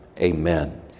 amen